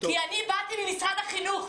אני באתי ממשרד החינוך,